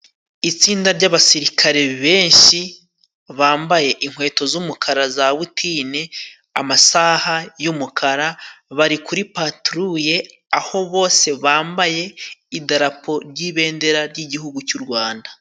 Itsinda ry'abasirikare benshi bambaye inkweto z'umukara za butine, amasaha y'umukara, bari kuri paturuye, aho bose bambaye idarapo ry' ibendera ry' Igihugu cy' u Rwanda.